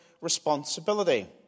responsibility